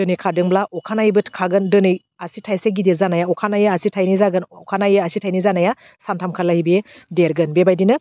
दोनै खादोंब्ला अखानायैबो खागोन दोनै आसे थाइसे गिदिर जानाया अखानायै आसि थाइनै जागोन अखानायै आसि थाइनै जानाया सानथाखालाय बेयो देरगोन बेबायदिनो